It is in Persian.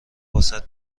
واست